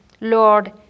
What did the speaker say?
Lord